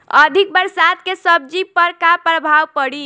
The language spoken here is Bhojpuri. अधिक बरसात के सब्जी पर का प्रभाव पड़ी?